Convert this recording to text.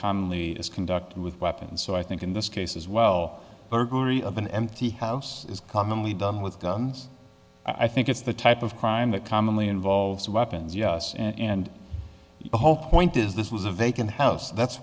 calmly is conducted with weapons so i think in this case as well burglary of an empty house is commonly done with guns i think it's the type of crime that commonly involves weapons yes and the whole point is this was a vacant house that's